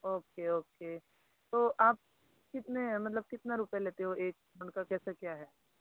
okay okay तो आप कितने मतलब कितना रुपया लेते हो एक पौंड का कितना क्या है